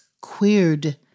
queered